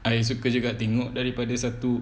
I suka juga tengok daripada satu